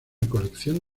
colección